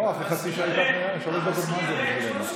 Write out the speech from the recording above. לא, אחרי חצי שעה, שלוש דקות, מה זה בשבילנו?